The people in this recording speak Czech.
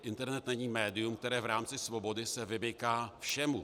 Internet není médium, které v rámci svobody se vymyká všemu.